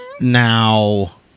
Now